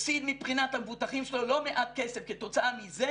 הפסיד מבחינת המבוטחים שלו לא מעט כסף כתוצאה מזה